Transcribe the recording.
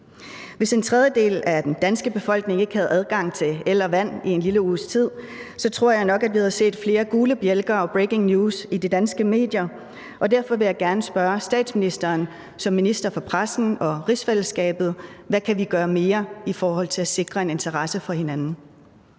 Hvis en tredjedel af den danske befolkning ikke havde adgang til el og vand en lille uges tid, tror jeg nok, at vi havde set flere gule bjælker og breaking news i de danske medier, og derfor vil jeg gerne spørge statsministeren som minister for pressen og rigsfællesskabet, hvad vi mere kan gøre i forhold til at sikre en interesse for hinanden.